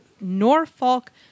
Norfolk